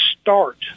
start